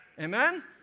Amen